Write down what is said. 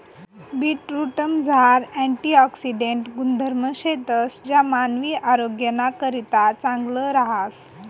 बीटरूटमझार अँटिऑक्सिडेंट गुणधर्म शेतंस ज्या मानवी आरोग्यनाकरता चांगलं रहास